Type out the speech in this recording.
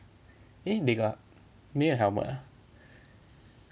eh they got 没有 helmet ah